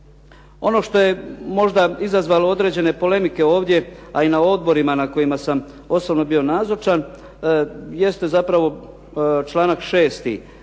Ono što je možda izazvalo određene polemike ovdje a i na odborima na kojima sam osobno bio nazočan jeste zapravo članak 6.